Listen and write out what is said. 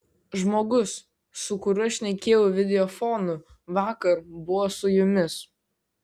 žmogus su kuriuo šnekėjau videofonu vakar buvo su jumis